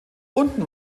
unten